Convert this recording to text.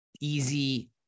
easy